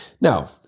Now